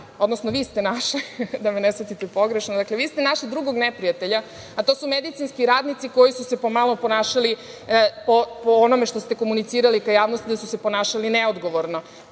odnosno vi ste našli, da me ne shvatite pogrešno. Dakle, vi ste našli drugog neprijatelja, a to su medicinski radnici koji su se pomalo ponašali, po onome što ste komunicirali ka javnosti da su se ponašali neodgovorno.